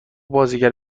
بازیگر